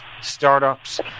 startups